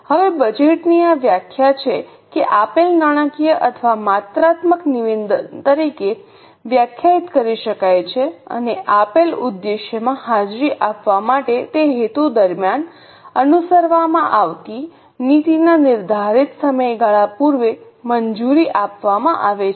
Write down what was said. હવે બજેટની આ વ્યાખ્યા છે કે આપેલ નાણાકીય અથવા માત્રાત્મક નિવેદન તરીકે વ્યાખ્યાયિત કરી શકાય છે અને આપેલ ઉદ્દેશ્યમાં હાજરી આપવા માટે તે હેતુ દરમ્યાન અનુસરવામાં આવતી નીતિના નિર્ધારિત સમયગાળા પૂર્વે મંજૂરી આપવામાં આવે છે